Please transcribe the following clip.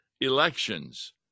elections